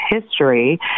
history